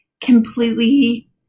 completely